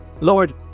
Lord